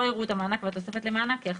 לא יראו את המענק והתוספת למענק כהכנסה.